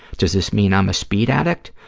does this mean i'm a speed addict?